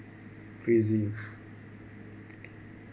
crazy